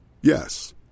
Yes